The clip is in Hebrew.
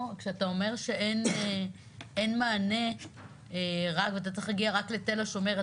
כשאתה אומר שאין מענה רב ואתה צריך להגיע רק לתל השומר,